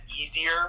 easier